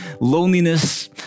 loneliness